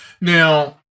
now